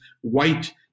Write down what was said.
white